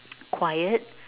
quiet